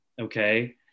okay